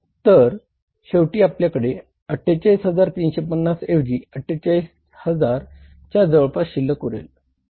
तर शेवटी आपल्याकडे 48350 ऐवजी 48000 च्या जवळपास शिल्लक उरेल